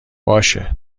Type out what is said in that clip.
باشه